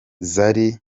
zari